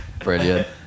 Brilliant